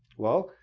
well,